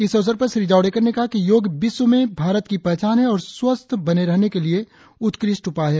इस अवसर पर श्री जावड़ेकर ने कहा कि योग विश्व में भारत की पहचान है और स्वस्थ बने रहने के लिए उत्कृष्ट उपाय है